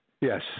Yes